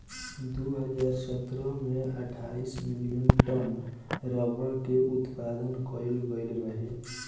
दू हज़ार सतरह में अठाईस मिलियन टन रबड़ के उत्पादन कईल गईल रहे